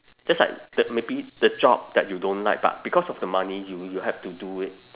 just like the maybe the job that you don't like but because of the money you you have to do it